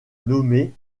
nommé